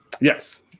Yes